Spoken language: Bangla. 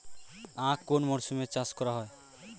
আখ কোন মরশুমে চাষ করা হয়?